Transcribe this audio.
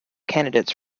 candidates